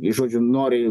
žodžiu nori